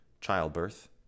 childbirth